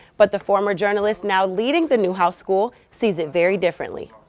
but the former journalist now leading the newhouse school sees it very differently.